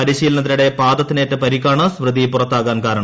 പരിശീലനത്തിനിടെ പാദത്തിനേറ്റ പരിക്കാണ് സ്മൃതി പുറത്താകാൻ കാരണം